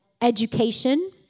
education